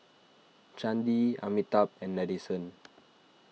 Chandi Amitabh and Nadesan